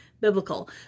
biblical